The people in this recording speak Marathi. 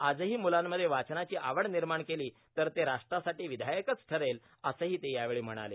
आजही मुलांमध्ये वाचनाची आवड निर्माण केली तर ते राष्ट्रासाठी विधायकच ठरेल असंही ते यावेळी म्हणाले